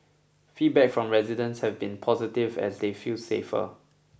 feedback from residents have been positive as they feel safer